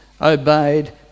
obeyed